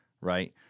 Right